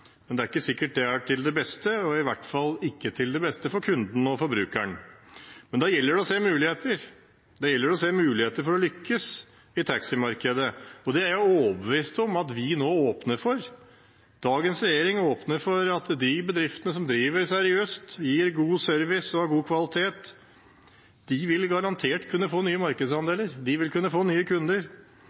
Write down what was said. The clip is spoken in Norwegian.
ikke sikkert det er til det beste, og i hvert fall ikke til det beste for kunden og forbrukeren. Da gjelder det å se muligheter. Da gjelder det å se muligheter for å lykkes i taximarkedet, og det er jeg overbevist om at vi nå åpner for. Dagens regjering åpner for at de bedriftene som driver seriøst, gir god service og har god kvalitet, garantert vil kunne få nye markedsandeler. De vil kunne få nye kunder.